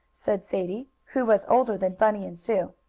said sadie, who was older than bunny and sue.